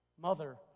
mother